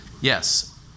Yes